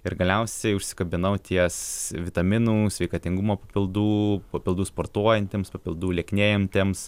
ir galiausiai užsikabinau ties vitaminų sveikatingumo papildų papildų sportuojantiems papildų lieknėjantiems